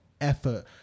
effort